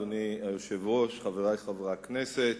אדוני היושב-ראש, חברי חברי הכנסת,